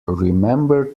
remember